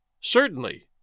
Certainly